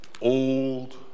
old